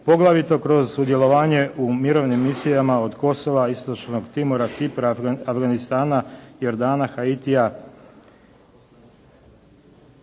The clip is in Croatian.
poglavito kroz sudjelovanje u mirovnim misijama od Kosova, istočnog Timora, Cipra, Afganistana, Jordana, Haitija